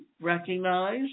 recognize